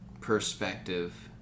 perspective